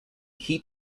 heat